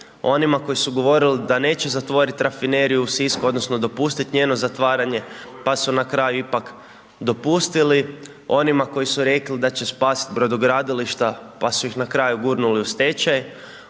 onima koji su govorili da neće zatvorit Rafineriju u Sisku odnosno dopustit njeno zatvaranje, pa su na kraju ipak dopustili, onima koji su rekli da će spasit brodogradilišta, pa su ih na kraju gurnuli u stečaj,